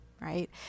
right